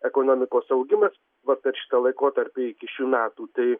ekonomikos augimas vat per šitą laikotarpį iki šių metų tai